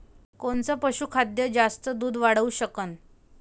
कोनचं पशुखाद्य जास्त दुध वाढवू शकन?